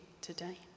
today